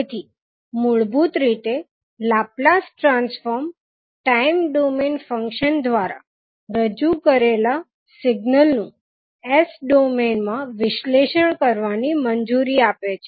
તેથી મૂળભૂત રીતે Laplace transform time domain function દ્વારા રજુ કરેલા સિગ્નલ નું S ડોમેઇન માં વિશ્લેષણ કરવાની મંજૂરી આપે છે